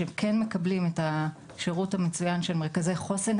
שם כן מקבלים את השירות המצוין של מרכזי חוסן,